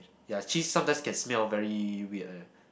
ya cheese sometime can smell very weird leh